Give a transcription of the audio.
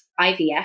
IVF